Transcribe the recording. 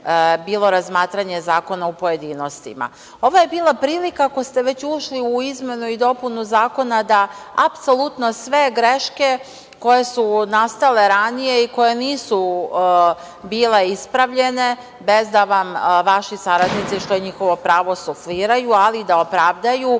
bilo razmatranje zakona u pojedinostima. Ovo je bila prilika, ako ste već ušli u izmenu i dopunu zakona, da apsolutno sve greške koje su nastale ranije i koje nisu bile ispravljene, bez da vam vaši saradnici, što je njihovo pravo, sufliraju, ali i da opravdaju